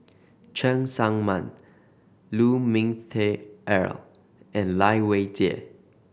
Cheng Tsang Man Lu Ming Teh Earl and Lai Weijie